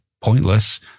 pointless